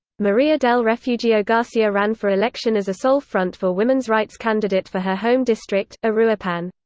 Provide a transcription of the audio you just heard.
maria del refugio garcia ran for election as a sole front for women's rights candidate for her home district, ah uruapan.